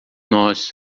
nós